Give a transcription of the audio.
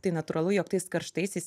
tai natūralu jog tais karštaisiais